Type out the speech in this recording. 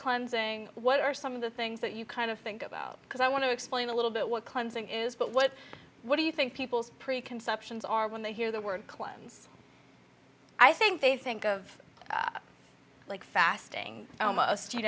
cleanse ing what are some of the things that you kind of think about because i want to explain a little bit what cleansing is but what what do you think people's preconceptions are when they hear the word cleanse i think they think of like fasting almost you